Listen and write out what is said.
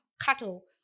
cattle